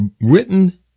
written